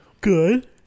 Good